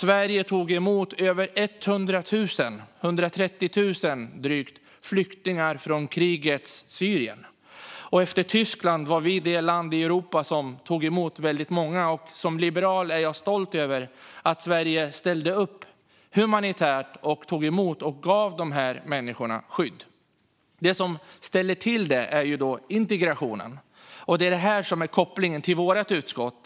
Sverige tog emot drygt 130 000 flyktingar från krigets Syrien. Efter Tyskland var vi det land i Europa som tog emot väldigt många flyktingar. Som liberal är jag stolt över att Sverige ställde upp humanitärt, tog emot de här människorna och gav dem skydd. Det som ställer till det är integrationen. Det är detta som är kopplingen till vårt utskott.